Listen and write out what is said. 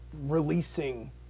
releasing